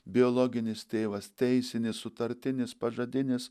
biologinis tėvas teisinis sutartinis pažadinis